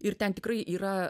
ir ten tikrai yra